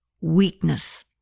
weakness